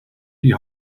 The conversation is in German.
die